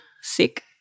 sick